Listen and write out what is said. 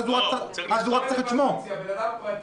צריך לדעת מי שם את המודעה,